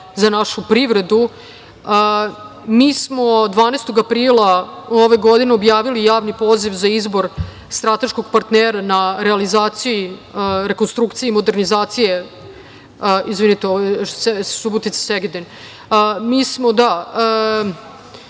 za našu privredu. Mi smo 12. aprila ove godine objavili javni poziv za izbor strateškog partnera na realizaciji, rekonstrukciji, modernizaciji… Subotica – Segedin. Mi smo